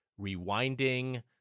rewinding